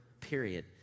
period